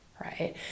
right